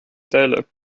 teile